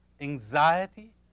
anxiety